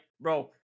bro